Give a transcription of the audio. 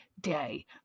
day